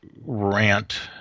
rant